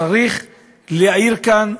צריך להעיר כאן,